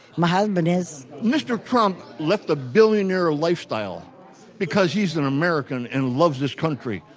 my husband is mr. trump left a billionaire lifestyle because he's an american and loves this country.